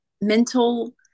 mental